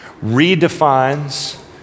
redefines